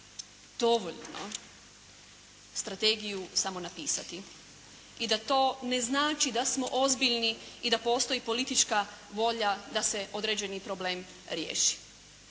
dovoljno strategiju samo napisati i da to ne znači da smo ozbiljni i da postoji politička volja da se određeni problem riješi.